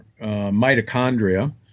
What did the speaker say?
mitochondria